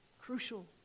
Crucial